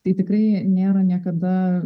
tai tikrai nėra niekada